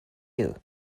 you